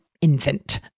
infant